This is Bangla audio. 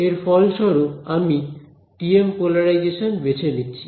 এর ফল স্বরূপ আমি TM পোলারাইজেশন বেছে নিচ্ছি